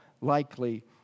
likely